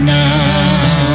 now